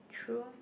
true